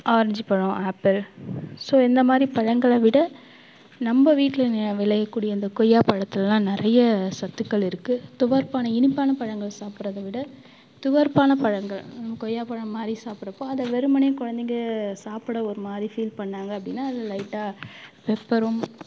orange பழம் apple so இந்தமாதிரி பழங்களைவிட நம்ப வீட்டில் விளையக்கூடிய இந்த கொய்யாப்பழத்துல எல்லாம் நிறைய சத்துக்கள் இருக்கு துவர்ப்பான இனிப்பான பழங்கள் சாப்பிட்றதவிட துவர்ப்பான பழங்கள் கொய்யாபழம்மாதிரி சாப்பிட்றப்போ அதில் வெறுமனே குழந்தைங்க சாப்பிட ஒரு மாதிரி ஃபீல் பண்ணாங்க அப்படின்னா அதில் லைட்டாக பெப்பரும்